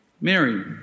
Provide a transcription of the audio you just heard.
Mary